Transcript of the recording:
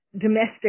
domestic